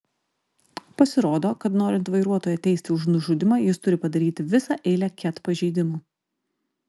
pasirodo kad norint vairuotoją teisti už nužudymą jis turi padaryti visą eilę ket pažeidimų